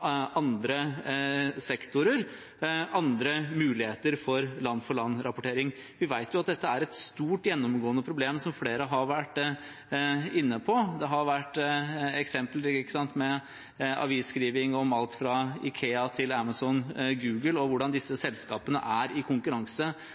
andre sektorer, andre muligheter for land-til-land-rapportering. Vi vet jo at dette er et stort, gjennomgående problem, som flere har vært inne på. Det har vært eksempler på avisskriving om alt fra IKEA til Amazon og Google og hvordan disse selskapene er i konkurranse